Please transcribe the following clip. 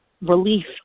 relief